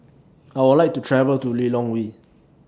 I Would like to travel to Lilongwe